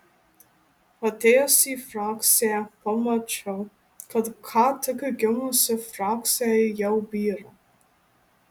atėjęs į frakciją pamačiau kad ką tik gimusi frakcija jau byra